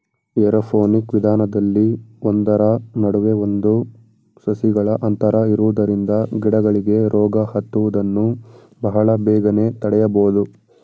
aeroponic ವಿಧಾನದಲ್ಲಿ ಒಂದರ ನಡುವೆ ಒಂದು ಸಸಿಗಳ ಅಂತರ ಇರುವುದರಿಂದ ಗಿಡಗಳಿಗೆ ರೋಗ ಹತ್ತುವುದನ್ನು ಬಹಳ ಬೇಗನೆ ತಡೆಯಬೋದು